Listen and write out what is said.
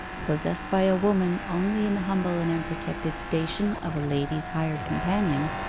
possessed by a woman only in the humble and unprotected station of a lady's hired companion,